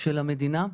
של המדינה.